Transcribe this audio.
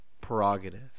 prerogative